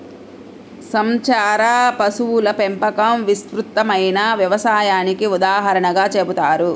సంచార పశువుల పెంపకం విస్తృతమైన వ్యవసాయానికి ఉదాహరణగా చెబుతారు